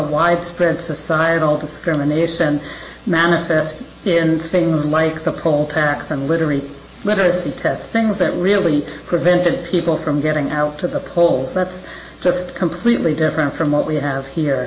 widespread societal discrimination manifest in things like a poll tax and literary literacy tests things that really prevented people from getting out to the polls that's just completely different from what we have here